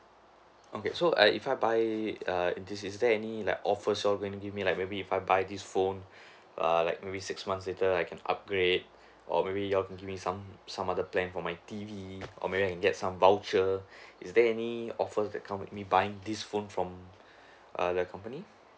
okay so I if I buy a in this is is there any like offer you're going to give me like maybe if I buy this phone err like maybe six months later I can upgrade or maybe you all can give me some some other plan for my T_V or maybe I can get some voucher is there any offer that come with me buying this phone from err the company